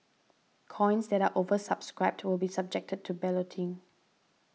coins that are oversubscribed will be subjected to balloting